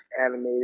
animated